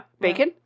Bacon